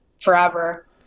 forever